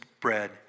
bread